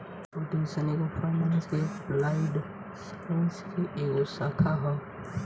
computational finance applied science के एगो शाखा ह